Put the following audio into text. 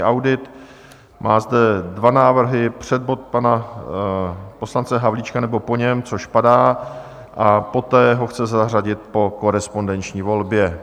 Mám zde dva návrhy: před bod pana poslance Havlíčka, nebo po něm, což padá, a poté ho chce zařadit po korespondenční volbě.